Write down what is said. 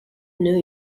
new